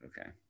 Okay